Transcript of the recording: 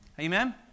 amen